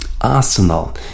Arsenal